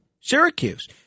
Syracuse